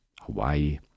Hawaii